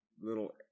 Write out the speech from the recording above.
little